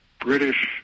British